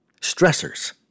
stressors